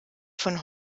von